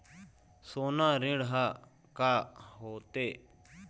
सोना ऋण हा का होते?